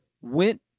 went